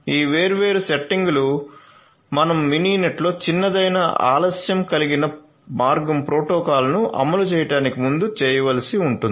ఈ వేర్వేరు సెట్టింగులు మేము మినినెట్లో చిన్నదైన ఆలస్యం కలిగిన మార్గం ప్రోటోకాల్ను అమలు చేయడానికి ముందు చేయవలసి ఉంటుంది